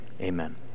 Amen